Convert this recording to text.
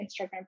Instagram